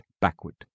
backward